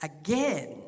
again